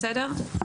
בסדר?